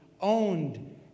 owned